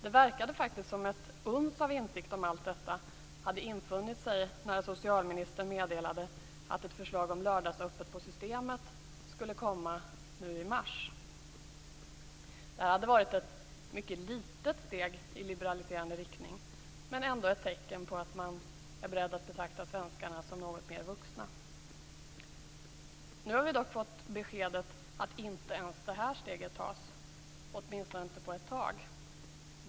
Det verkade faktiskt som om ett uns av insikt om allt detta hade infunnit sig när socialministern meddelade att ett förslag om lördagsöppet på Systemet skulle komma i mars. Detta hade varit ett mycket litet steg i liberaliserande riktning, men ändå ett tecken på att man är beredd att betrakta svenskarna som något mer vuxna. Nu har vi dock fått beskedet att inte ens detta steg tas, åtminstone inte på ett tag.